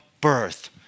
birth